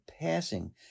passing